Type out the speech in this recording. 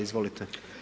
Izvolite.